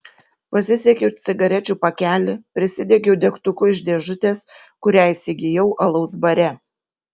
pasisiekiau cigarečių pakelį prisidegiau degtuku iš dėžutės kurią įsigijau alaus bare